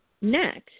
next